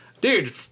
dude